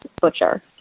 Butcher